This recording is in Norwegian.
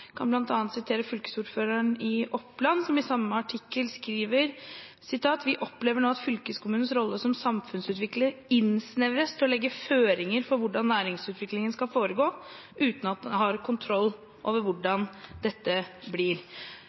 kan bl.a. sitere fylkesordføreren i Oppland, som i samme artikkel skriver: «Vi opplever nå at fylkeskommunenes rolle som samfunnsutvikler innsnevres til å legge føringer for hvordan næringsutvikling skal foregå, uten at en har kontroll over hvordan dette